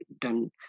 done